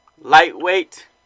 lightweight